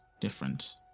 different